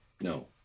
No